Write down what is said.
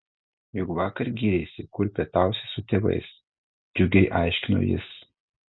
juk vakar gyreisi kur pietausi su tėvais džiugiai aiškino jis